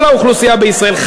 כל האוכלוסייה בישראל,